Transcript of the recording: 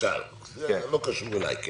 זה לא קשור אליי.